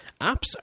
apps